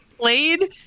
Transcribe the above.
played